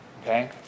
Okay